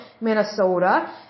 Minnesota